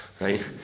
right